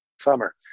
summer